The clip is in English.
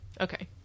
okay